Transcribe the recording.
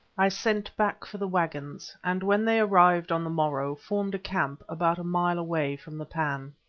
i sent back for the waggons, and when they arrived on the morrow, formed a camp, about a mile away from the pan.